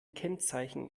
kennzeichen